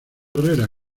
herrera